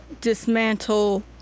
dismantle